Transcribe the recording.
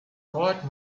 court